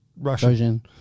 Russian